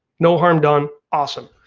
no harm done, awesome.